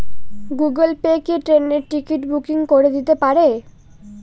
Google Pay কি ট্রেনের ticket booking করে দিতে পারে?